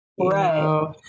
Right